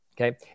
okay